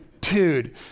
Dude